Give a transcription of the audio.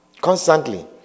Constantly